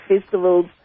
festivals